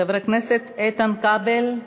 חבר הכנסת איתן כבל,